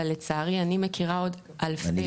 אבל לצערי אני מכירה עוד אלפי חולים.